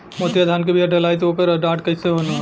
मोतिया धान क बिया डलाईत ओकर डाठ कइसन होइ?